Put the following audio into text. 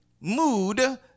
Mood